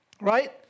Right